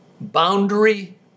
boundary